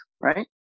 right